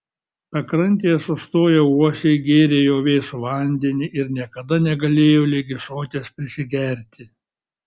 pakrantėje sustoję uosiai gėrė jo vėsų vandenį ir niekada negalėjo ligi soties prisigerti